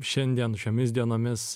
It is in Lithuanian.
šiandien šiomis dienomis